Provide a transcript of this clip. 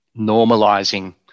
normalizing